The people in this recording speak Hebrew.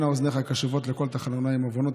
אני התחלתי לתפוס את הנושא,